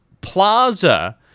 plaza